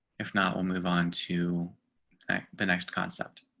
if not, we'll move on to the next concept.